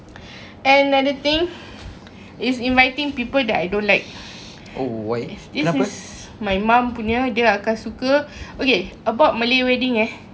and another thing is inviting people that I don't like this is my mum punya dia akan suka okay about malay wedding eh